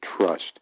trust